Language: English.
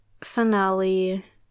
finale